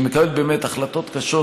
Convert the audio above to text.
היא מקבלת באמת החלטות קשות,